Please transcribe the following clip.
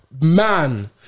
man